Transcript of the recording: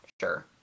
sure